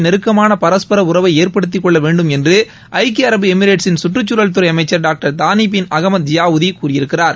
நெருக்கமான பரஸ்பர உறவை ஏற்படுத்திக்கொள்ள வேண்டும் என்றுஐக்கிய அரபு எமிரேட்ஸின் கற்றுக்சூழல் துறை அமைச்சர் doctor Thani bin Ahmed Zeyoudi கூறியிருக்கிறார்